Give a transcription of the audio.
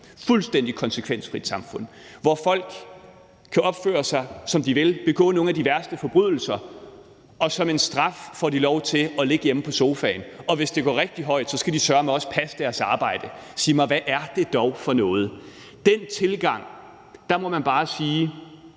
fuldstændig konsekvensfrit – hvor folk kan opføre sig, som de vil, begå nogle af de værste forbrydelser, og som en straf får de lov til at ligge hjemme på sofaen. Og hvis bølgerne går rigtig højt, skal de søreme også passe deres arbejde. Sig mig, hvad er det dog for noget! Med den tilgang må man bare sige,